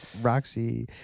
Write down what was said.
Roxy